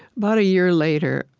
about a year later,